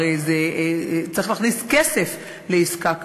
הרי צריך להכניס כסף לעסקה כזאת.